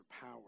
power